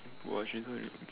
!wah! transfer in